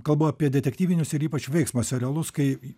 kalbu apie detektyvinius ir ypač veiksmo serialus kai